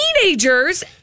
Teenagers